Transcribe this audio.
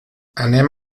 anem